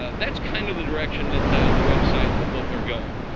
that's kind of the direction that the website and the book are going.